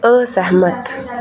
असैह्मत